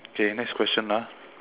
okay next question ah